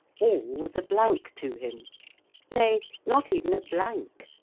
all was a blank to him nay, not even a blank,